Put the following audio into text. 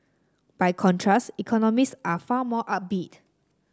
by contrast economists are far more upbeat